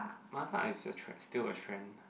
Mala is a trend still a trend